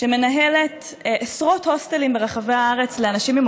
שמנהלת עשרות הוסטלים ברחבי הארץ לאנשים עם